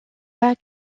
pas